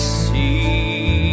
see